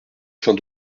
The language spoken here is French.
fins